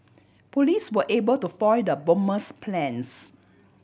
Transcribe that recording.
police were able to foil the bomber's plans